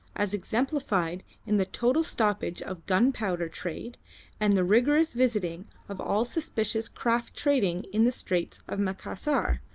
as exemplified in the total stoppage of gunpowder trade and the rigorous visiting of all suspicious craft trading in the straits of macassar.